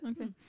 Okay